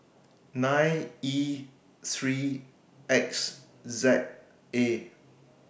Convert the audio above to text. nine E three X Z A